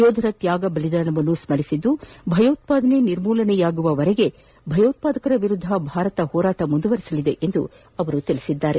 ಯೋಧರ ತ್ಯಾಗ ಬಲಿದಾನವನ್ನು ಸ್ಮರಿಸಿದ್ದು ಭಯೋತ್ವಾದನೆ ನಿರ್ಮೂಲನೆಯಾಗುವವರೆಗೂ ಭಯೋತ್ಪಾದಕರ ವಿರುದ್ದ ಭಾರತ ಹೋರಾಟ ಮುಂದುವರೆಯಲಿದೆ ಎಂದು ಹೇಳಿದರು